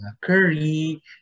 curry